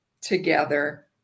together